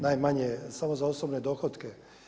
Najmanje samo za osobne dohotke.